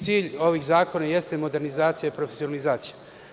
Cilj ovih zakona jeste modernizacija i profesionalizacija.